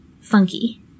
funky